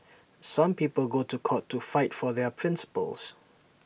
some people go to court to fight for their principles